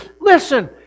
Listen